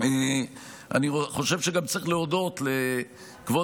אני חושב שגם צריך להודות לכבוד